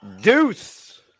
Deuce